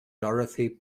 dorothy